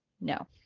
No